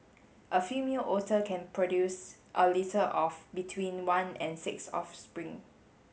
a female otter can produce a litter of between one and six offspring